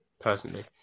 Personally